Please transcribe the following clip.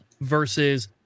Versus